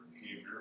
behavior